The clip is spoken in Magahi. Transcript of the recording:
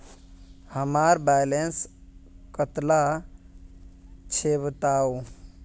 हमार बैलेंस कतला छेबताउ?